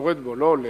יורד בו, לא עולה.